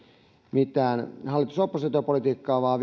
mitään hallitus oppositio politiikkaa